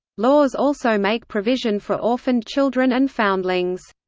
laws also make provision for orphaned children and foundlings.